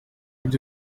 ibyo